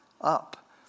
up